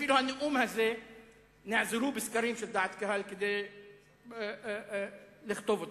אפילו בנאום הזה נעזרו בסקרים של דעת קהל כדי לכתוב אותו,